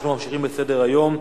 אנחנו ממשיכים בסדר-היום.